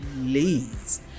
please